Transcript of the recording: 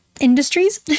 industries